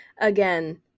Again